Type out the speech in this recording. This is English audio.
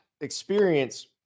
experience